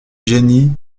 jenny